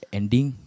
ending